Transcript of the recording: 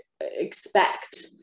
expect